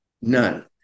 none